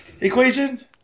equation